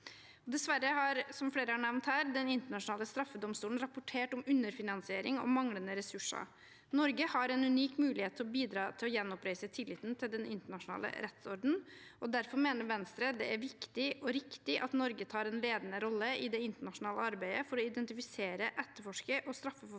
nevnt her, Den internasjonale straffedomstolen rapportert om underfinansiering og manglende ressurser. Norge har en unik mulighet til å bidra til å gjenopprette tilliten til den internasjonale rettsordenen, og derfor mener Venstre det er viktig og riktig at Norge tar en ledende rolle i det internasjonale arbeidet for å iden